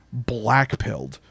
blackpilled